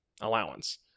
allowance